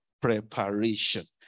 preparation